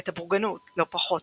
את הבורגנות לא פחות,